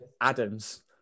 Adam's